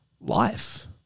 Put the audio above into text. life